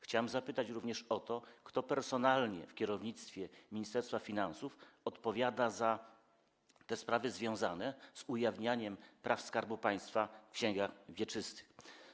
Chciałem również zapytać o to, kto personalnie w kierownictwie Ministerstwa Finansów odpowiada za sprawy związane z ujawnianiem praw Skarbu Państwa w księgach wieczystych.